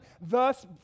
thus